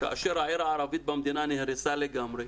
כאשר העיר הערבית במדינה נהרסה לגמרי,